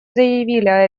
заявили